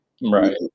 right